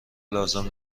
لازم